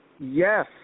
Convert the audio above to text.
Yes